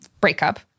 breakup